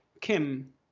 Kim